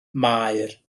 maer